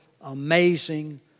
amazing